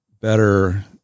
better